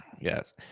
yes